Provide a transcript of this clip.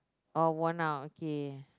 or one hour okay